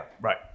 Right